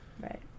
right